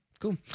Cool